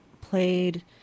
played